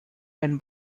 and